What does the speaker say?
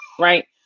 Right